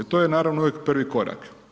To je naravno uvijek prvi korak.